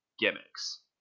gimmicks